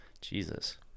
Jesus